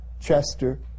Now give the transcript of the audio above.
Chester